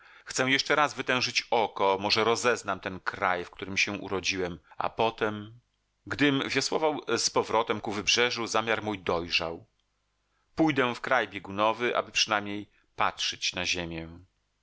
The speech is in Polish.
chcę jeszcze raz wytężyć oko może rozeznam ten kraj w którym się urodziłem a potem gdym wiosłował z powrotem ku wybrzeżu zamiar mój dojrzał pójdę w kraj biegunowy aby przynajmniej patrzyć na ziemię